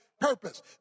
purpose